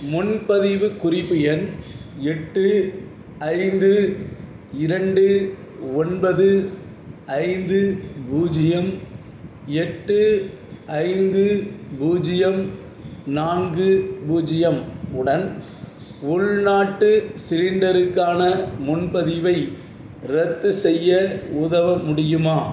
முன்பதிவு குறிப்பு எண் எட்டு ஐந்து இரண்டு ஒன்பது ஐந்து பூஜ்ஜியம் எட்டு ஐந்து பூஜ்ஜியம் நான்கு பூஜ்ஜியம் உடன் உள்நாட்டு சிலிண்டருக்கான முன்பதிவை ரத்து செய்ய உதவ முடியுமா